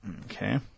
Okay